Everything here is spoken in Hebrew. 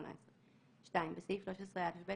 התשע"ח-2018,"; (2)בסעיף 13א(ב),